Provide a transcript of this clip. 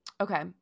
okay